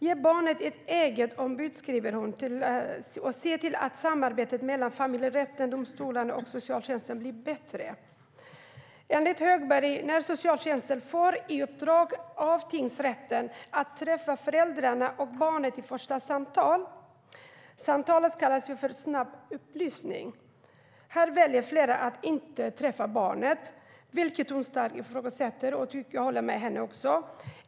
Ge barnet ett eget ombud, skriver hon, och se till att samarbetet mellan familjerätten, domstolarna och socialtjänsten blir bättre. När socialtjänsten får i uppdrag av tingsrätten att träffa föräldrarna och barnet för ett första samtal, som kallas för snabbupplysning, väljer flera att inte träffa barnet, vilket Caroline Högberg starkt ifrågasätter, och det gör jag också.